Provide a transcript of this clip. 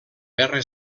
guerra